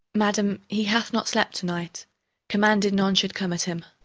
madam, he hath not slept to-night commanded none should come at him.